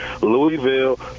Louisville